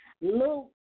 Luke